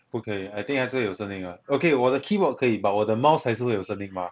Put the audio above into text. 不可以 I think 还是会有声音的 okay 我的 keyboard 可以 but 我的 mouse 还是会有声音 mah